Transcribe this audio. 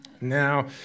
Now